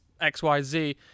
XYZ